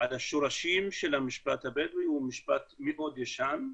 השורשים של המשפט הבדואי, הוא משפט מאוד ישן,